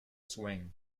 swing